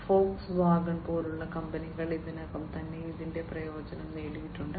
Volkswagen പോലുള്ള കമ്പനികൾ ഇതിനകം തന്നെ ഇതിന്റെ പ്രയോജനം നേടിയിട്ടുണ്ട്